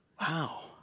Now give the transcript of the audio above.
Wow